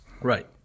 Right